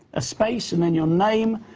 a space and then your name,